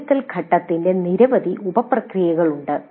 വിലയിരുത്തൽ ഘട്ടത്തിന്റെ നിരവധി ഉപ പ്രക്രിയകൾ ഉണ്ട്